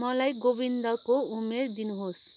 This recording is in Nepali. मलाई गोबिन्दको उमेर दिनुहोस्